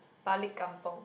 balik kampung